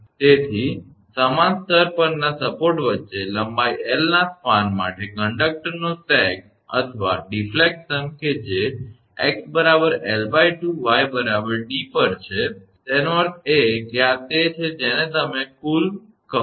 તેથી સમાન સ્તર પરના સપોર્ટ વચ્ચે લંબાઈ 𝐿 ના સ્પાન માટે કંડકટરનો સેગ અથવા વિચ્છેદન કે જે 𝑥 𝐿2 𝑦 𝑑 પર છે તેનો અર્થ એ કે આ તે છે જેને તમે કુલ કહો છો